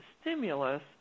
stimulus